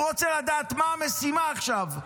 הוא רוצה לדעת מה המשימה עכשיו.